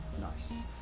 Nice